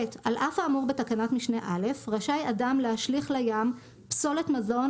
(ב) על אף האמור בתקנת משנה (א) רשאי אדם להשליך לים פסולת מזון